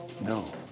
No